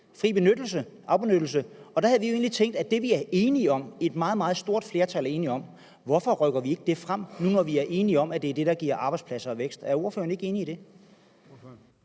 der er til fri afbenyttelse. Der havde vi jo egentlig tænkt at rykke det, et meget, meget stort flertal er enig om, frem, når nu vi er enige om, at det er det, det giver arbejdspladser og vækst. Er ordføreren ikke enig i det?